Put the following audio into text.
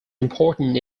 important